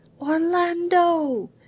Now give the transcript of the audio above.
orlando